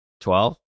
Twelve